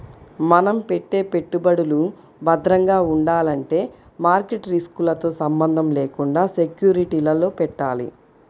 మనం పెట్టే పెట్టుబడులు భద్రంగా ఉండాలంటే మార్కెట్ రిస్కులతో సంబంధం లేకుండా సెక్యూరిటీలలో పెట్టాలి